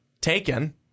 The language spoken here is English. taken